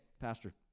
pastor